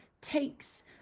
takes